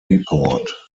report